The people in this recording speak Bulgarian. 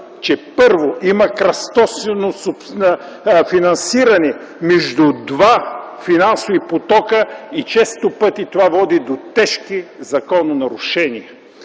че има кръстосано финансиране между два финансови потока и често пъти това води до тежки закононарушения.